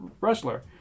wrestler